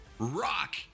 Rock